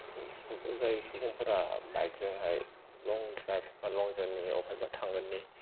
जाय सुबुंफोरा बाइक जोंहाय लं द्राइभ बा लं जार्नि आवहाय बा थांगोननि